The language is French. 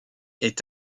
est